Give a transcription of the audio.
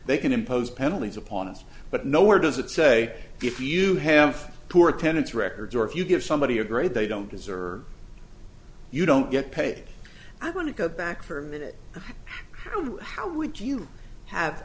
can impose penalties upon us but nowhere does it say if you have poor attendance records or if you give somebody a grade they don't deserve you don't get paid i want to go back for a minute how would you have